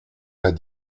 pas